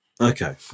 okay